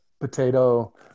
potato